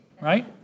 right